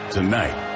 Tonight